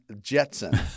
Jetson